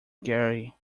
gary